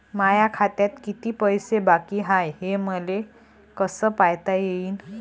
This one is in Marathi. माया खात्यात किती पैसे बाकी हाय, हे मले कस पायता येईन?